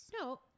No